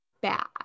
bad